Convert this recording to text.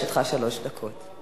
לרשותך שלוש דקות.